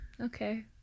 okay